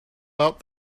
out